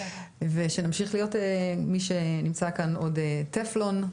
ושנמשיך להיות מי שנמצא כאן עוד טלפון,